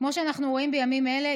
כמו שאנחנו רואים בימים אלה,